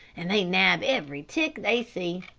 and they nab every tick they see.